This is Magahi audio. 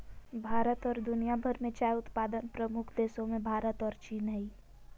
भारत और दुनिया भर में चाय उत्पादन प्रमुख देशों मेंभारत और चीन हइ